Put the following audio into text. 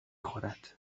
خورد